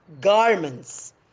garments